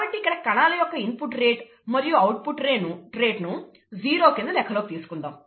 కాబట్టి ఇక్కడ కణాల యొక్క ఇన్పుట్ రేట్ మరియు అవుట్పుట్ రేట్ ను జీరో కింద లెక్కలోకి తీసుకుంటాం